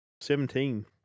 Seventeen